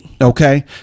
Okay